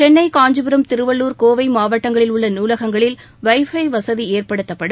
சென்னை காஞ்சிபுரம் திருவள்ளுர் கோவை மாவட்டங்களில் உள்ள நூலகங்களில் வைஃபை வசதி ஏற்படுத்தப்படும்